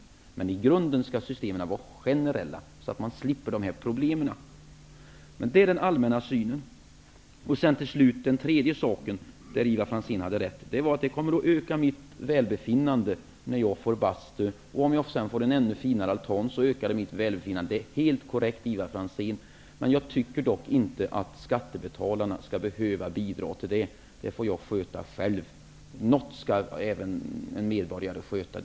Men i grunden skall systemen vara generella så att man slipper dessa problem. Detta var den allmänna synen. Slutligen, den tredje frågan som jag tycker att Ivar Franzén hade rätt i är att det kommer att öka mitt välbefinnande när jag får bastu. Om jag sedan får en finare altan ökar det också mitt välbefinnande. Det är helt korrekt, Ivar Franzén. Men jag tycker dock inte att skattebetalarna skall behöva bidra till detta, utan det får jag sköta själv. Något skall även en medborgare sköta.